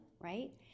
right